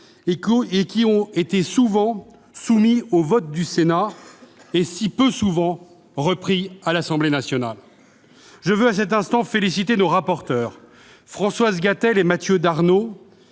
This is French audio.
qui ont été souvent soumis au vote du Sénat et si peu souvent repris à l'Assemblée nationale ... Je veux à cet instant féliciter nos rapporteurs, Françoise Gatel et Mathieu Darnaud,